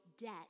debt